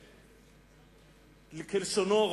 כלשונו,